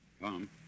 Tom